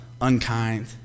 unkind